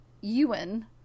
Ewan